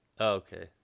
Okay